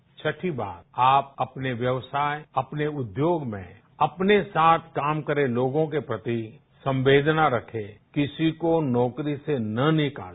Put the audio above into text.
छटी बात आप अपने व्यवसाय अपने उद्योग में अपने सात काम करने वाले लोगोके प्रती संवेदना रखे किसी को नौकरी से न निकाले